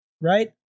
Right